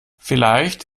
vielleicht